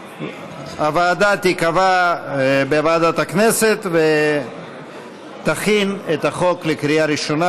הוועדה תיקבע בוועדת הכנסת ותכין את החוק לקריאה ראשונה,